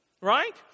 Right